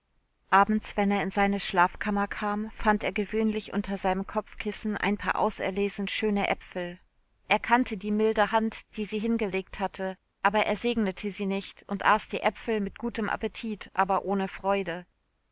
abends wenn er in seine schlafkammer kam fand er gewöhnlich unter seinem kopfkissen ein paar auserlesen schöne apfel er kannte die milde hand die sie hingelegt hatte aber er segnete sie nicht und aß die apfel mit gutem appetit aber ohne freude